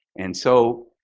and so,